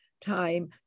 Time